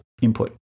input